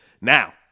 Now